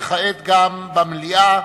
וכעת גם במליאה,